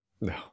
no